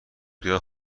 بیاد